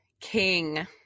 king